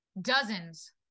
dozens